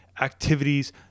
activities